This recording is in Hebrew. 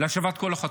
להשבת כל החטופים.